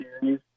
series